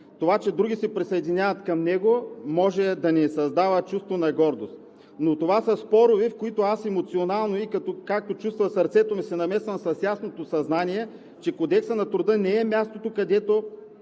Това, че други се присъединяват към него, може да ни създава чувство на гордост. Но това са спорове, в които аз емоционално и както чувства сърцето ми се намесвам с ясното съзнание, че Кодексът на труда не е мястото, където